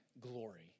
glory